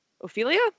Ophelia